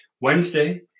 Wednesday